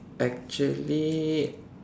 actually